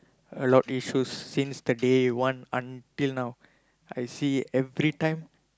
a lot is those since the day one until now I see every time